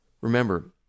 Remember